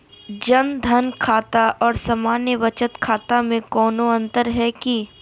जन धन खाता और सामान्य बचत खाता में कोनो अंतर है की?